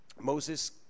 Moses